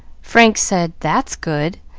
frank said, that's good!